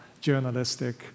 journalistic